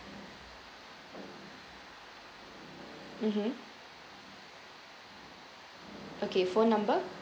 mmhmm okay phone number